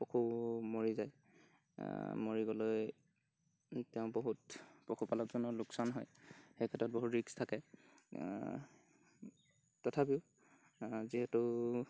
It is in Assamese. পশু মৰি যায় মৰি গ'লে তেওঁৰ বহুত পশুপালকজনৰ লোকচান হয় এই ক্ষেত্ৰত বহুত ৰিস্ক থাকে তথাপিও যিহেতু